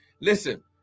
Listen